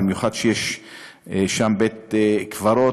במיוחד שיש שם בית-קברות.